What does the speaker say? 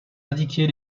indiquer